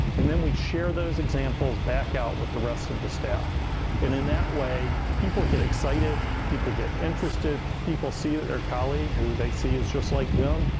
and then we share those examples back out with the rest of the staff. staff. and in that way, people get excited. people get interested, people see that their colleague, who they see is just like them,